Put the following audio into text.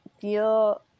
feel